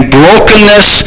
brokenness